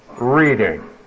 reading